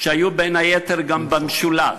שהיו בין היתר גם במשולש,